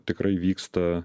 tikrai vyksta